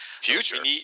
Future